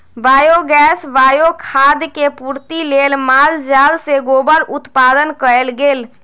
biogas, bio खाद के पूर्ति लेल माल जाल से गोबर उत्पादन कएल गेल